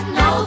no